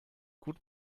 gut